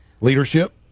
leadership